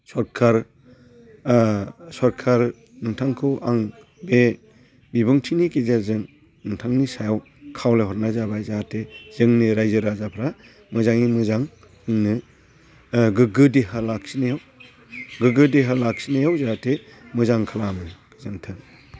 सरखार सरखार नोंथांखौ आं बे बिबुंथिनि गेजेरजों नोंथांनि सायाव खावलायहरनाय जाबाय जाहाथे जोंनि रायजो राजाफोरा मोजाङै मोजां माने गोग्गो देहा लाखिनायाव जाहाथे मोजां खालामो गोजोनथों